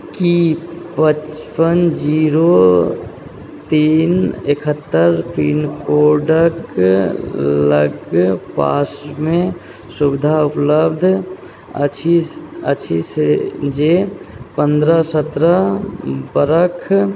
की पचपन जीरो तीन एकहत्तर पिनकोडक लगपासमे सुविधा उपलब्ध अछि अछि से जे पन्द्रह सत्रह बरख